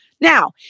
Now